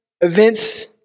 events